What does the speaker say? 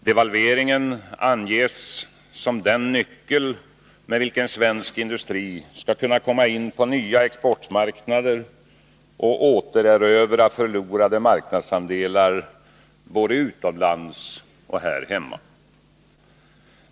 Devalveringen anges som den nyckel med vilken svensk industri skall kunna komma in på nya exportmarknader och återerövra förlorade marknadsandelar, både utomlands och här hemma.